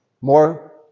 More